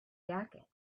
jacket